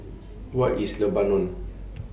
What IS Lebanon